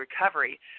recovery